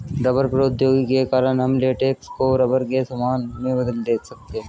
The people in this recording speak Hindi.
रबर प्रौद्योगिकी के कारण हम लेटेक्स को रबर के सामान में बदल सकते हैं